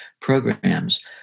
programs